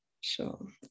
Sure